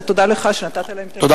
ותודה לך שנתת להם את האפשרות.